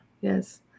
yes